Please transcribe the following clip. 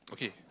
okay